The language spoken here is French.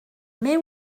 mais